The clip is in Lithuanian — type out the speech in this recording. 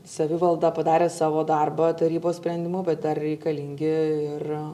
savivalda padarė savo darbą tarybos sprendimu bet dar reikalingi ir